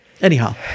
Anyhow